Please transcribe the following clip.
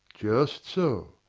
just so.